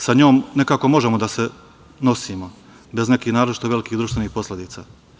Sa njom nekako možemo da se nosimo bez nekih naročito veliki društvenih posledica.